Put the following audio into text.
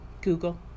Google